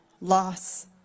loss